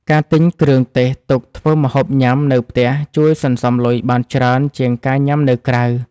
ការទិញគ្រឿងទេសទុកធ្វើម្ហូបញ៉ាំនៅផ្ទះជួយសន្សំលុយបានច្រើនជាងការញ៉ាំនៅក្រៅ។